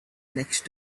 next